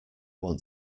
want